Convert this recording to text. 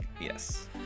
Yes